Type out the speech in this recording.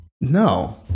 No